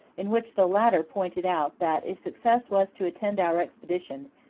in which the latter pointed out that if success was to attend our expedition,